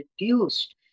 reduced